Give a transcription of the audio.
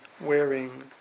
wearing